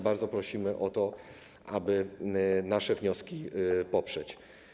Bardzo prosimy o to, aby nasze wnioski poprzeć.